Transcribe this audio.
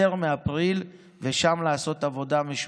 יותר מאפריל, ושם לעשות עבודה משותפת.